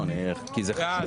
בעד.